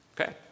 Okay